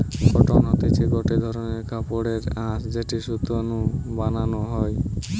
cotton হতিছে গটে ধরণের কাপড়ের আঁশ যেটি সুতো নু বানানো হয়